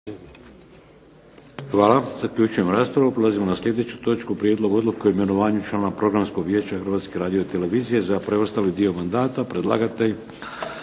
**Šeks, Vladimir (HDZ)** Prelazimo na sljedeću točku - Prijedlog odluke o imenovanju člana Programskog vijeća Hrvatske radiotelevizije za preostali dio mandata Predlagatelj: